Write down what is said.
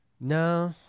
No